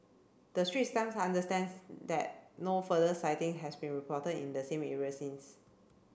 the Straits Times understands that no further sighting has been reported in the same area since